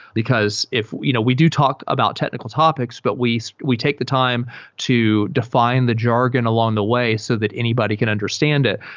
because you know we do talk about technical topics, but we we take the time to define the jargon along the way so that anybody can understand it.